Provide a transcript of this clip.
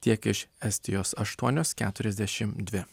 tiek iš estijos aštuonios keturiasdešimt dvi